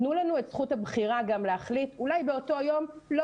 תנו לנו את זכות הבחירה גם להחליט אולי באותו יום לא